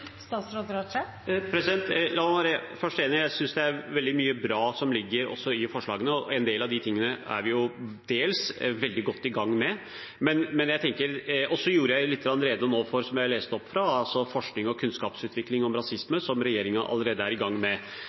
Statsråd La meg først si at jeg er enig, jeg synes det er veldig mye bra som ligger i forslagene, og en del av de tingene er vi dels veldig godt i gang med. Så gjorde jeg nå litt rede for – og leste opp litt fra – forskning og kunnskapsutvikling om rasisme som regjeringen allerede er i gang med.